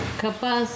capaz